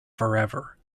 forever